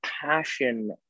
passion